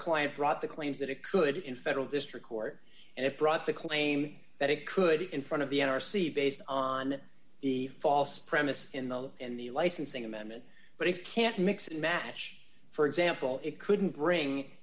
client brought the claims that it could in federal district court and it brought the claim that it could in front of the n r c based on the false premise in the law and the licensing amendment but it can't mix and match for example it couldn't bring